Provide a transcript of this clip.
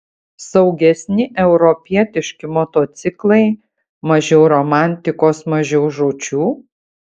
saugesni europietiški motociklai mažiau romantikos mažiau žūčių